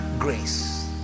grace